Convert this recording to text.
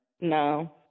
No